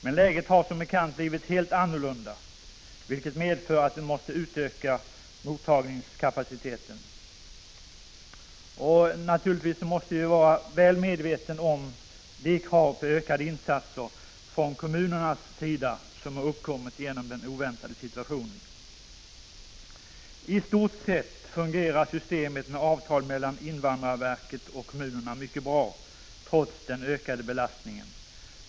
Men läget har som bekant blivit helt annorlunda, vilket medför att vi måste utöka mottagningskapaciteten. Naturligtvis måste vi vara väl medvetna om de krav på ökade insatser från kommunernas sida som har uppkommit genom den oväntade situationen. I stort sett fungerar systemet med avtal mellan invandrarverket och kommunerna mycket bra trots den ökade belastningen.